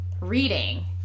Reading